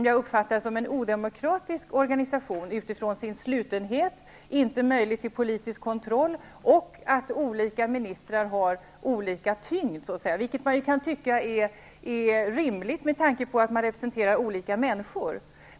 Jag uppfattar den organisation som odemokratisk beroende på dess slutenhet, att det inte finns möjlighet till politisk kontroll och att olika ministrar har olika tyngd -- vilket kan tyckas vara rimligt, eftersom de representerar olika människor.